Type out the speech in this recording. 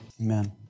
amen